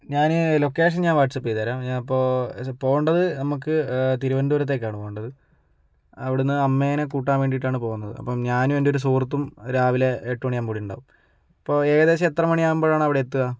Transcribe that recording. ഞാൻ ലൊക്കേഷന് ഞാന് വാട്സ്അപ്പ് ചെയ്തു തരാം ഞാനിപ്പോൾ ഇത് പോകേണ്ടത് നമുക്ക് തിരുവനന്തപുരത്തേയ്ക്കാണു പോകേണ്ടത് അവിടെ നിന്ന് അമ്മേനെ കൂട്ടാന് വേണ്ടിയിട്ടാണ് പോകുന്നത് അപ്പം ഞാനും എന്റെ ഒരു സുഹൃത്തും രാവിലെ എട്ട് മണിയാകുമ്പോൾ ഇവിടെയുണ്ടാകും അപ്പോൾ ഏകദേശം എത്ര മണിയാകുമ്പോഴാണ് അവിടെയെത്തുക